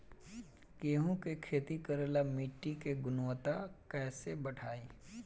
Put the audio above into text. गेहूं के खेती करेला मिट्टी के गुणवत्ता कैसे बढ़ाई?